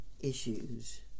issues